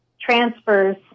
transfers